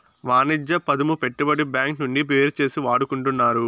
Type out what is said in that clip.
వాణిజ్య పదము పెట్టుబడి బ్యాంకు నుండి వేరుచేసి వాడుకుంటున్నారు